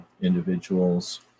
individuals